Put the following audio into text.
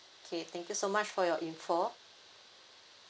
okay thank you so much for your info